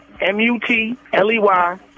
M-U-T-L-E-Y